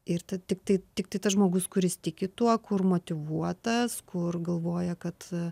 ir tiktai tiktai tas žmogus kuris tiki tuo kur motyvuotas kur galvoja kad